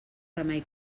remei